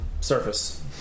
surface